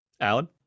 Alan